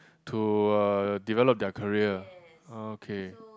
to uh develop their career uh okay